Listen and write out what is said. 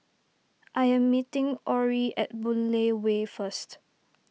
I am meeting Orrie at Boon Lay Way first